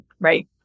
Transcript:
right